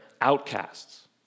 outcasts